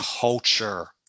culture